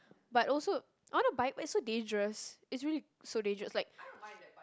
but also I want to buy but it's so dangerous it's really so dangerous is like